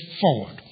forward